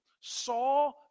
saw